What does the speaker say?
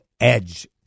edge